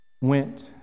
Went